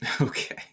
Okay